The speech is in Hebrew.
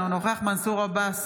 אינו נוכח מנסור עבאס,